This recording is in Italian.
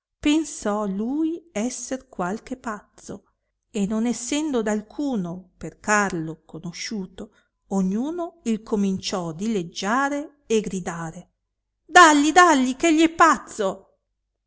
pensò lui esser qualche pazzo e non essendo da alcuno per carlo conosciuto ognuno il cominciò dileggiare e gridare dalli dalli che gli è pazzo